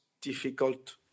difficult